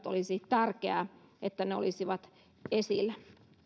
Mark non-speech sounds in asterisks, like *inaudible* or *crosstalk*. *unintelligible* olisi tärkeää että ne puhelinnumerot olisivat esillä